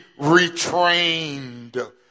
retrained